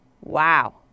Wow